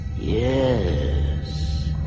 Yes